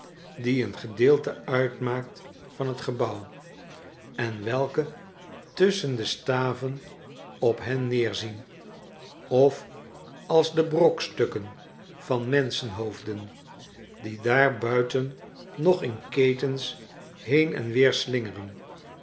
uitmaakt van het gebouw en welke tusschen de staven op hen neerzien of als de brokstukken van menschenhoofden die daar buiten nog in ketens heen en weer slingeren